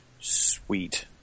Sweet